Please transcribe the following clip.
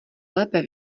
lépe